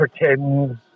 pretend